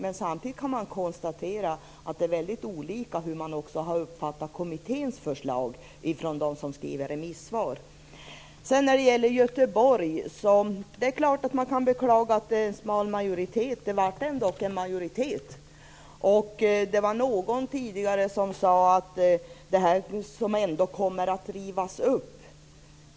Man kan dock konstatera att kommitténs förslag har uppfattats väldigt olika av remissinstanserna. Det är klart att man kan beklaga att det var en smal majoritet för Göteborgsöverenskommelsen, men det blev ändå en majoritet för den. Någon talade tidigare om överenskommelsen som någonting som ändå kommer att rivas upp.